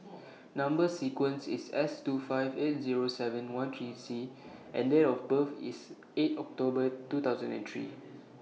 Number sequence IS S two five eight Zero seven one three C and Date of birth IS eight October two thousand and three